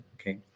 Okay